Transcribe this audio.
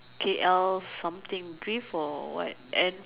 K_L something drift or what and